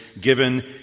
given